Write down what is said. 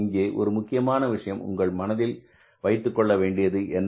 இங்கே ஒரு முக்கியமான விஷயம் உங்கள் மனதில் வைத்துக்கொள்ள வேண்டியது என்ன